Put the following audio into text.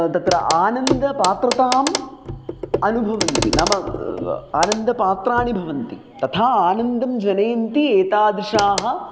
तत्र आनन्दपात्रताम् अनुभवन्ति नाम आनन्दपात्राणि भवन्ति तथा आनन्दं जनयन्ति एतादृशाः